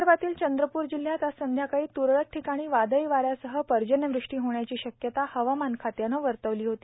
विदर्भातील चंद्रपूर जिल्ह्यात आज संध्याकाळी तूरळक टिकाणी वादळी वाऱ्यासह पर्जन्यवृष्टी होण्याची शक्यता हवामान खात्यानं वर्तवली होती